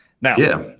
Now